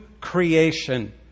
creation